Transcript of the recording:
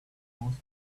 most